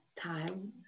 time